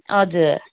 हजुर